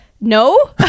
No